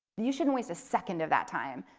you shouldn't waste a second of that time.